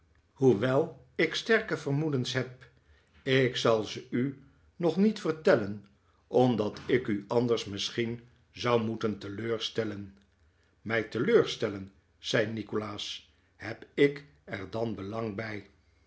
hoewel ik sterke vermoedens heb ik zal ze u nog niet vertellen omdat ik u anders misschien zou moeten teleurstellen mij teleurstellen zei nikolaas heb ik er dan belang bij